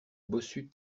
bossu